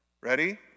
Ready